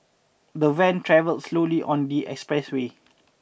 the van travel slowly on the expressway